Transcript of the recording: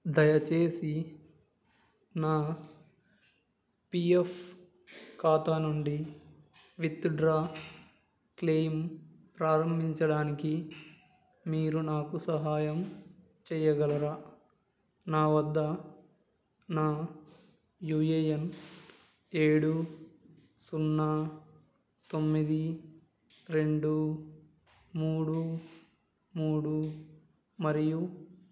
దయచేసి నా P F ఖాతా నుండి విత్డ్రా క్లెయిమ్ ప్రారంభించడానికి మీరు నాకు సహాయం చెయ్యగలరా నా వద్ద నా యూ ఏ ఎన్ ఏడు సున్నా తొమ్మిది రెండు మూడు మూడు మరియు